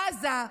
בעזה,